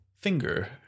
Finger